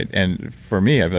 and for me, but